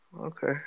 Okay